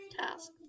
task